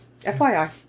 FYI